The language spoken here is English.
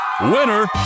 Winner